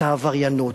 את העבריינות,